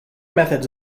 methods